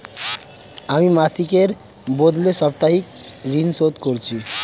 আমি মাসিকের বদলে সাপ্তাহিক ঋন শোধ করছি